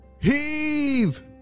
Heave